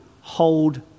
hold